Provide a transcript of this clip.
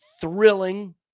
thrilling